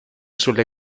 sulle